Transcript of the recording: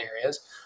areas